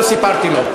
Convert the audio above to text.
לא סיפרתי לו.